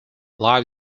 live